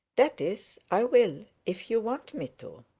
that is, i will if you want me to.